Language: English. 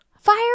Fire